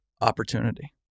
opportunity